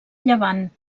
llevant